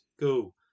go